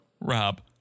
Rob